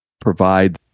provide